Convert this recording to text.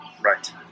right